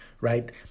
right